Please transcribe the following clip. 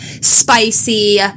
spicy